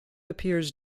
appears